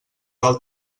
del